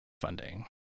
funding